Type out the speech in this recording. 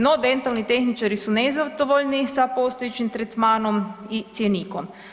No dentalni tehničari su nezadovoljni sa postojećim tretmanom i cjenikom.